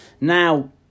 now